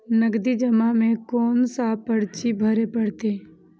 नगदी जमा में कोन सा पर्ची भरे परतें?